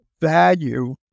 value